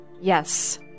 Yes